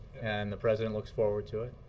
and the president looks forward to it,